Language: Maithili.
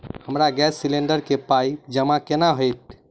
हमरा गैस सिलेंडर केँ पाई जमा केना हएत?